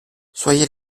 soyez